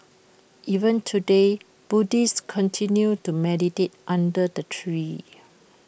even today Buddhists continue to meditate under the tree